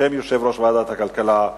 בשם יושב-ראש ועדת הכלכלה,